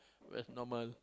that's normal